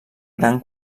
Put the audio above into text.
gran